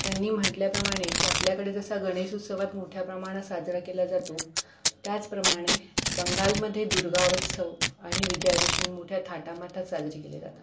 त्यांनी म्हंटल्याप्रमाणे की आपल्याकडे जसा गणेश उत्सवात मोठ्या प्रमाणात साजरा केला जातो त्याचप्रमाणे बंगालमध्ये दुर्गा उत्सव आणि विजयादशमी मोठ्या थाटामातात साजरी केले जातात